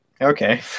Okay